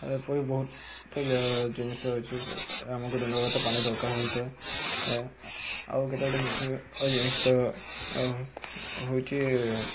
ଏପରି ବହୁତ ଜିନିଷ ଅଛି ଆମକୁ ଦିନ ତ ପାଣି ଦରକାର ହୋଇଥାଏ ଆଉ କେତେ ଗୋଟେ ମୁଖ୍ୟ ଜିନିଷ ତ ହେଉଛି